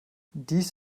dies